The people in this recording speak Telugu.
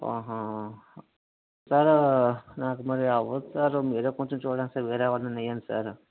ఆహా సార్ నాకు మరి అవ్వదు సార్ మీరే కొంచెం చూడండి వేరే ఎవరినైనా వెయ్యండి సార్